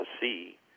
see